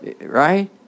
Right